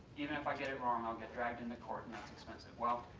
even if i get it wrong i'll get dragged into court and that's expensive. well,